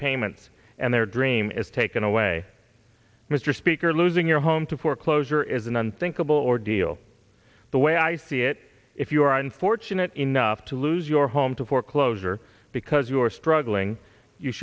payments and their dream is taken away mr speaker losing your home to foreclosure is an unthinkable ordeal the way i see it if you are unfortunate enough to lose your home to foreclosure because you are struggling you